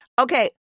Okay